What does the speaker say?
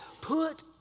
Put